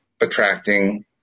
attracting